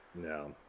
No